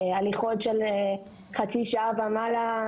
הליכות של חצי שעה ומעלה,